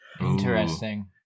Interesting